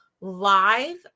live